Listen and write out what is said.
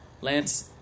Lance